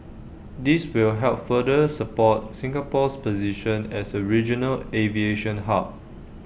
this will help further support Singapore's position as A regional aviation hub